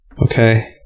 Okay